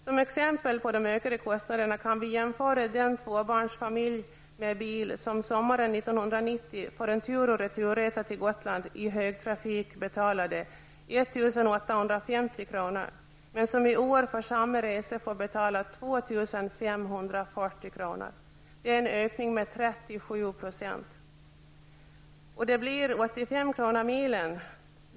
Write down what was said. Som exempel på de ökade kostnaderna kan vi jämföra den tvåbarnsfamilj med bil som sommaren 1990 för en tur och returresa till Gotland i högtrafik betalade 1 850 kr., men som i år för samma resa får betala 2 540 kr. Det är en ökning med 37 %. Det blir 85 kr. per mil.